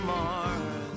Mars